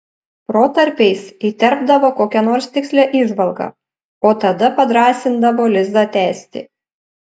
protarpiais įterpdavo kokią nors tikslią įžvalgą o tada padrąsindavo lizą tęsti